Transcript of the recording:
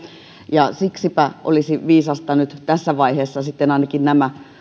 ja siksipä olisi viisasta nyt ainakin tässä vaiheessa nämä